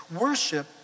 Worship